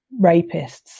rapists